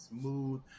smooth